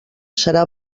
serà